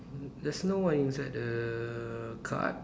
there's no one inside the car